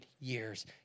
years